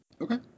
Okay